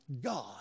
God